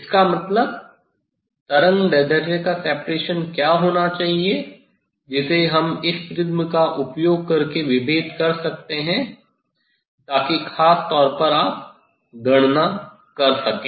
इसका मतलब तरंगदैर्ध्य का सेपरेशन क्या होना चाहिए जिसे हम इस प्रिज्म का उपयोग करके विभेद कर सकते हैं ताकि ख़ास तौर पर आप गणना कर सके